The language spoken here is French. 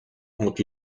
ont